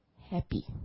happy